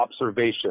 observation